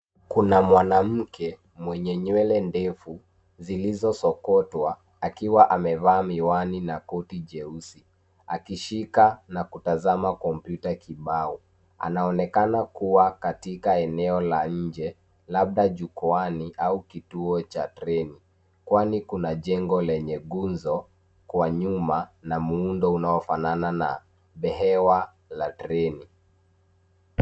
Kuna mwanamke mwenye nywele ndefu zilizosokotwa, akiwa amevaa miwani na koti jeusi, akishika na kutazama kompyuta kibao. Anaonekana kuwa katika eneo la nje, labda jukwaani au kituo cha treni, kwani kuna jengo lenye guzo kwa nyuma na muundo unaofanana na behewa la treni.